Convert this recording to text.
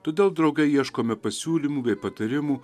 todėl drauge ieškome pasiūlymų bei patarimų